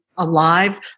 alive